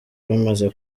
bamaze